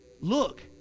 look